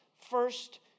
first